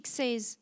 says